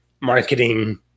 marketing